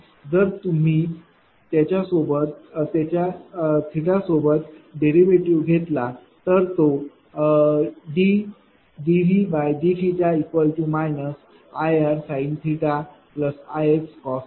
जर तुम्ही त्याचा सोबत डेरिव्हेटिव्ह घेतला तर तो ddθ Ir sin Ix cos असेल